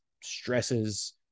stresses